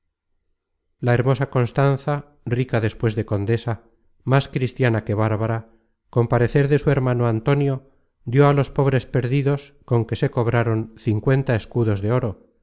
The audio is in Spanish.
la hermosa constanza rica despues de condesa más cristiana que bárbara con parecer de su hermano antonio dió a los pobres perdidos con que se cobraron cincuenta escudos de oro